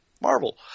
Marvel